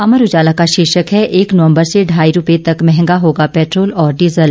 अमर उजाला का शीर्षक है एक नवंबर से ढाई रुपये तक महंगा होगा पेट्रोल और डीजल